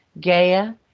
Gaia